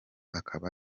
akaba